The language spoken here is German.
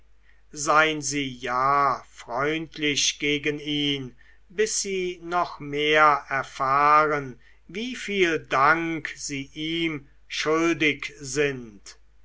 sein sie ja freundlich gegen ihn bis sie noch mehr erfahren wieviel dank sie ihm schuldig sind